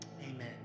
Amen